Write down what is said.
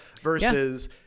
versus